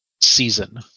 season